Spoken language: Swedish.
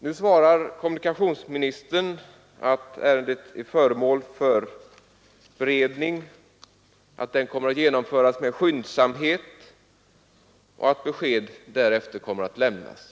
Nu svarar kommunikationsministern att ärendet är föremål för beredning, att beredningen kommer att genomföras med skyndsamhet och att besked därefter kommer att lämnas.